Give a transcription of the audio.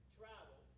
travel